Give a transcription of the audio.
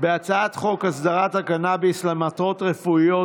לדיון בהצעת חוק הסדרת הקנביס למטרות רפואיות,